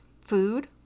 food